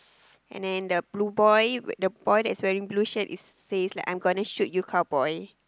and then the blue boy the boy that's wearing blue shirt is says like I'm gonna shoot you cow boy